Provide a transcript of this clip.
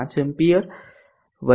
5 ampere 0